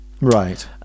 Right